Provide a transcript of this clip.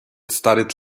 studied